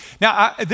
Now